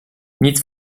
nic